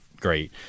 great